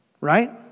Right